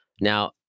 Now